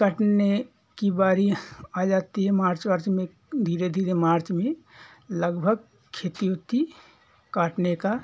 कटने की बारी आ जाती है मार्च वार्च में धीरे धीरे मार्च में लगभग खेती ओती काटने का